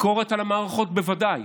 ביקורת על המערכות, בוודאי.